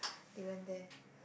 they went there